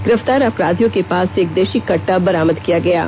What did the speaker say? गिरफ्तार अपराधियों के पास से एक देशी कट्टा बरामद किया गया है